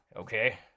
Okay